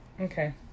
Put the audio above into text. okay